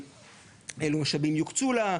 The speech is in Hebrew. אילו משאבים יוקצו לה,